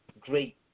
great